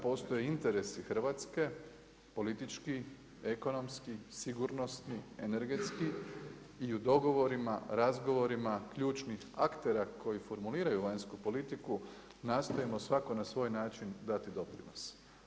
Postoje interesi Hrvatske politički, ekonomski, sigurnosni, energetski i u dogovorima, razgovorima ključnih aktera koji formuliraju vanjsku politiku nastojimo svako na svoj način dati doprinos.